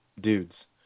dudes